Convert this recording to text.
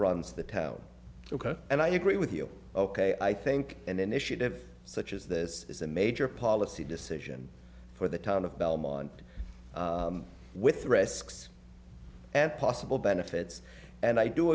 runs the town and i agree with you ok i think an initiative such as this is a major policy decision for the town of belmont with the risks and possible benefits and i do